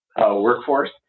workforce